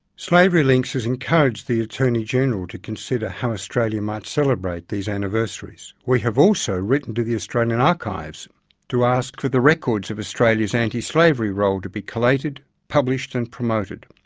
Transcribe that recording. slavery links has encouraged the attorney general to consider how australia might celebrate these anniversaries. we have also written to the australian archives to ask for the records of australia's anti-slavery role to be collated, published and promoted.